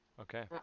Okay